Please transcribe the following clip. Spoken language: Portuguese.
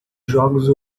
jogos